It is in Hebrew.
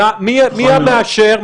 מי המאשר?